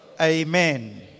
Amen